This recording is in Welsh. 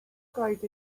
goed